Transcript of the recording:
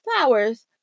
flowers